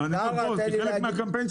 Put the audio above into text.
אבל אני אומר כחלק מהקמפיין,